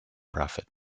profit